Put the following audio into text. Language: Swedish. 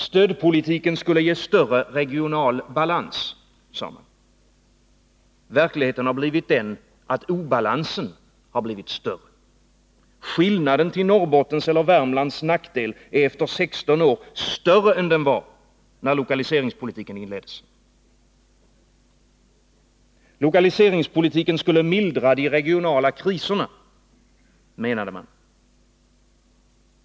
Stödpolitiken skulle ge större regional balans, sade man. Verkligheten har blivit den, att obalansen har blivit större. Skillnaden till Norrbottens eller Värmlands nackdel är efter 16 år större än den var när lokaliseringspolitiken inleddes. Lokaliseringspolitiken skulle mildra de regionala kriserna, menade man.